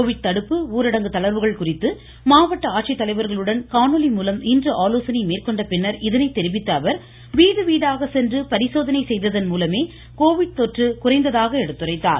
Covid தடுப்பு ஊரடங்கு தளர்வுகள் குறித்து மாவட்ட ஆட்சித்தலைவா்களுடன் காணொலிமூலம் இன்று ஆலோசனை மேற்கொண்ட பின்னா் இதை தெரிவித்த அவர் வீடுவீடாக சென்று பரிசோதனை செய்ததன் மூலமே கோவிட் தொற்று குறைந்ததாக எடுத்துரைத்தார்